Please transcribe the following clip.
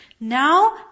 Now